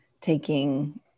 taking